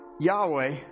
Yahweh